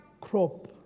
crop